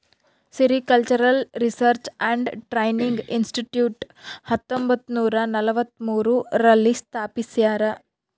sericultural research and training institute ಹತ್ತೊಂಬತ್ತುನೂರ ನಲವತ್ಮೂರು ರಲ್ಲಿ ಸ್ಥಾಪಿಸ್ಯಾರ